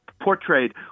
Portrayed